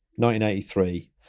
1983